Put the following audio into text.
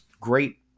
great